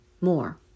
more